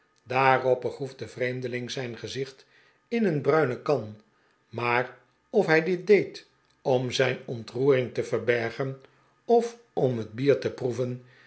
daarop begroef de vreemdeling zijn gezicht in een bruine kan maar of hij dit deed om zijn ontroering te verbergen of om het bier te proeven